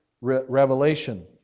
revelation